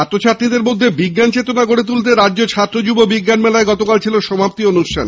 ছাত্র ছাত্রীদের মধ্যে বিজ্ঞান চেতনা গড়ে তুলতে রাজ্য ছাত্র যুব বিজ্ঞান মেলার গতকাল ছিল সমাপ্তি অনুষ্ঠান